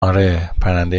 اره، پرنده